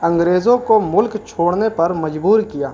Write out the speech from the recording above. انگریزوں کو ملک چھوڑنے پر مجبور کیا